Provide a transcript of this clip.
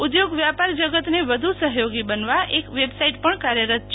ઉદ્યોગ વ્યાપાર જગતને વધુ સહયોગી બનવા એક વેબસાઇટ પણ કાર્ચરત છે